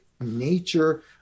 nature